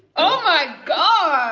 oh my god.